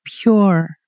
pure